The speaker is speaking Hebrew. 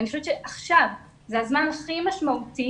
אני חושבת שעכשיו זה הזמן הכי משמעותי.